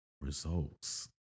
results